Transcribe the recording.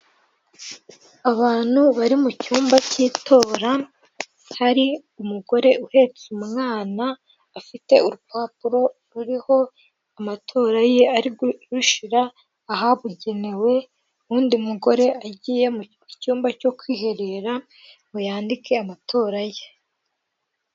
Abantu bari mu cyumba cy'itora, hari umugore uhetse umwana, afite urupapuro ruriho amatora ye, ari kurushyira ahabugenewe, uwundi mugore agiye mu cyumba cyo kwiherera ngo yandike amatora ye.